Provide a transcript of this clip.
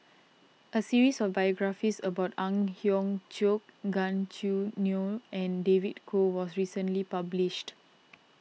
a series of biographies about Ang Hiong Chiok Gan Choo Neo and David Kwo was recently published